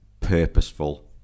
purposeful